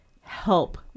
help